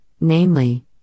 namely